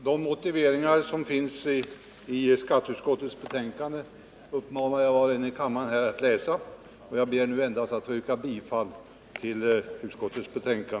Herr talman! De motiveringar som finns i skatteutskotteis betänkande uppmanar jag var och en i kammaren här att läsa, och jag ber nu endast att få yrka bifall till utskottets hemställan.